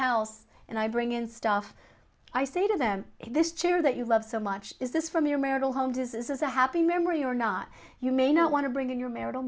house and i bring in stuff i say to them this cheer that you love so much is this from your marital home this is a happy memory or not you may not want to bring in your marital